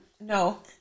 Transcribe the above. No